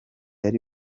ari